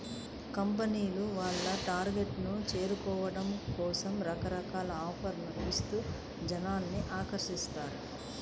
కంపెనీల వాళ్ళు టార్గెట్లను చేరుకోవడం కోసం రకరకాల ఆఫర్లను ఇస్తూ జనాల్ని ఆకర్షిస్తారు